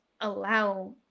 allow